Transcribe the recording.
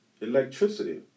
electricity